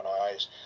eyes